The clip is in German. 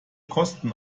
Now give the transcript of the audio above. kosten